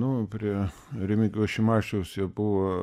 nu prie remigijaus šimašiaus jie buvo